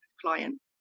client